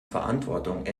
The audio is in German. verantwortung